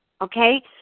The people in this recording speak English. okay